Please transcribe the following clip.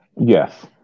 Yes